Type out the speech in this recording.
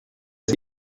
des